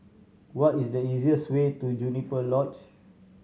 what is the easiest way to Juniper Lodge